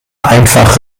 einfach